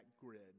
grid